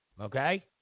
Okay